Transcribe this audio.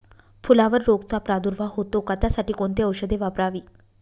फुलावर रोगचा प्रादुर्भाव होतो का? त्यासाठी कोणती औषधे वापरावी?